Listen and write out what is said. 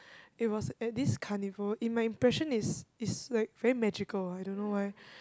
it was at this carnival in my impression is is like very magical I don't know why